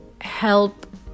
help